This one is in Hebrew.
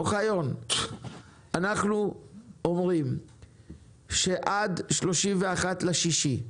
אוחיון, אנחנו אומרים שעד 31.6,